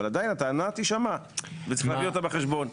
אבל עדיין הטענה תישמע וצריך להביא אותה בחשבון.